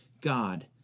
God